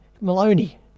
Maloney